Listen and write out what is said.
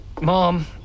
Mom